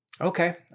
Okay